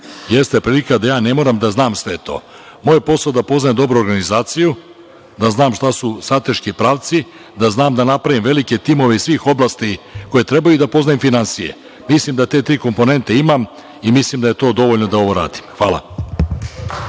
jeste prilika da ja ne moram da znam sve to. Moj posao je poznajem dobro organizaciju, da znam šta su strateški pravci, da znam da napravim velike timove iz svih oblasti koje treba i da poznajem i finansije. Mislim da te tri komponente imam i mislim da je to dovoljno da ovo radim. Hvala.